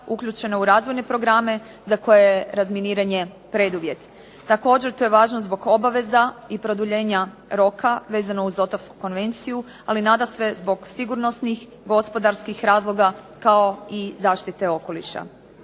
uključena u razvojne programe za koje je razminiranje preduvjet. Također to je važno zbog obaveza i produljenja roka vezano uz Ottawsku konvenciju ali nadasve zbog sigurnosnih, gospodarskih razloga kao i zaštite okoliša.